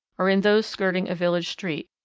or in those skirting a village street,